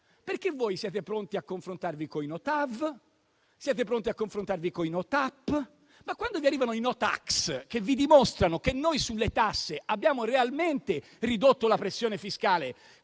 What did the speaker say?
perché siete pronti a confrontarvi con i no-TAV, siete pronti a confrontarvi con i no-TAP, ma quando vi arrivano i no-tax che vi dimostrano che noi sulle tasse abbiamo realmente ridotto la pressione fiscale